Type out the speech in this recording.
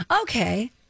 Okay